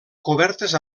cobertes